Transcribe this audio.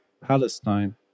Palestine